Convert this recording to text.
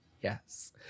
Yes